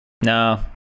No